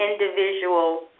individual